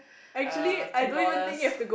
uh two dollars